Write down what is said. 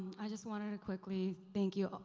i just wanted to quickly thank you,